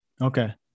Okay